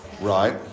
Right